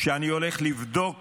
אני הולך לבדוק